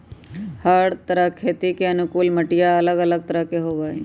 हर तरह खेती के अनुकूल मटिया अलग अलग तरह के होबा हई